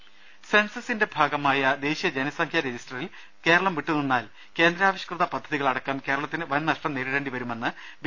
രദേഷ്ടെഴ സെൻസസിന്റെ ഭാഗമായ ദേശീയ ജനസംഖ്യാ രജിസ്റ്ററിൽ നിന്നും കേരളം വിട്ടുനിന്നാൽ കേന്ദ്രാവിഷ്കൃത പദ്ധതികൾ അടക്കം കേരളത്തിന് വൻനഷ്ടം നേരിടേണ്ടിവരുമെന്ന് ബി